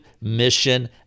mission